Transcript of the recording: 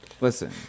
Listen